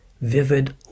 vivid